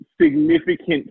significant